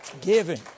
Giving